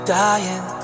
dying